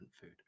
food